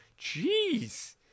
Jeez